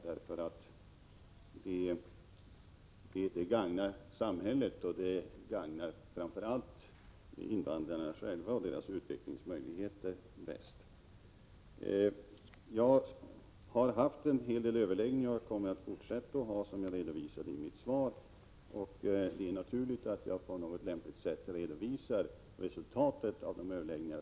Det gagnar samhället och det gagnar framför allt invandrarna själva och deras utvecklingsmöjligheter på bästa sätt. Jag har haft, och kommer att fortsätta att ha, en hel del överläggningar som jag redovisade i mitt svar. Det är då naturligt att jag på något lämpligt sätt redovisar resultaten av dessa överläggningar.